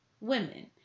women